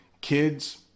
kids